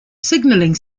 signalling